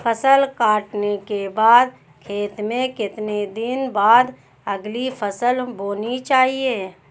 फसल काटने के बाद खेत में कितने दिन बाद अगली फसल बोनी चाहिये?